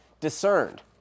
discerned